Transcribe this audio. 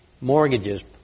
mortgages